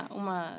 uma